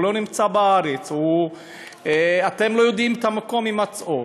הוא לא נמצא בארץ, אתם לא יודעים את מקום הימצאו,